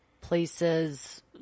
places